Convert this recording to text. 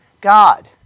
God